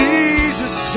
Jesus